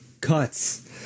cuts